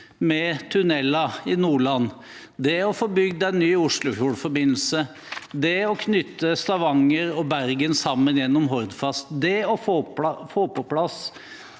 med tuneller i Nordland, det å få bygd en ny oslofjordforbindelse, det å knytte Stavanger og Bergen sammen gjennom Hordfast, det å få på plass